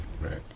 Right